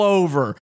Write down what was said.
over